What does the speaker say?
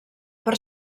per